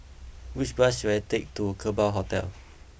which bus should I take to Kerbau Hotel